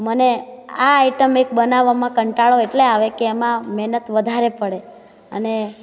મને આ આઈટમ એક બનાવવામાં કંટાળો એટલો આવે કે આમાં મહેનત વધારે પડે અને